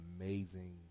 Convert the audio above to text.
amazing